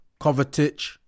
Kovacic